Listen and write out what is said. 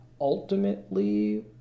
ultimately